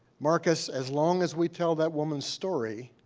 marcus, as long as we tell that woman's story,